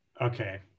Okay